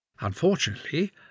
Unfortunately